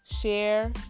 Share